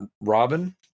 Robin